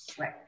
Right